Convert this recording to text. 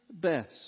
best